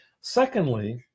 Secondly